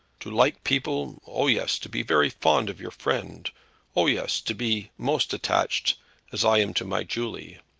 to like people oh, yes to be very fond of your friends oh, yes to be most attached as i am to my julie,